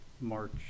March